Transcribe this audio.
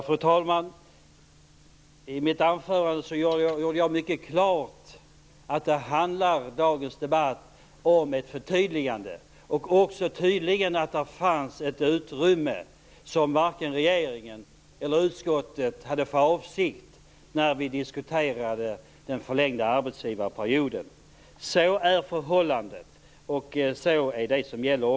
Fru talman! I mitt anförande gjorde jag mycket klart att dagens debatt handlar om ett förtydligande. Det fanns tydligen ett utrymme som varken regeringen eller utskottet kände till när vi diskuterade den förlängda arbetsgivarperioden. Sådana är förhållandena. Det är det som gäller.